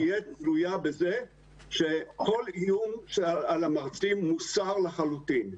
תהיה תלויה בזה שכל איום שלהם על המרצים מוסר לחלוטין.